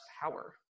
power